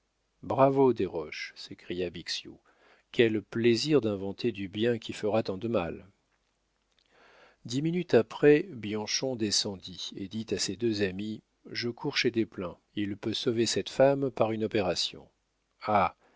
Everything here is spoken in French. conjugal bravo desroches s'écria bixiou quel plaisir d'inventer du bien qui fera tant de mal dix minutes après bianchon descendit et dit à ses deux amis je cours chez desplein il peut sauver cette femme par une opération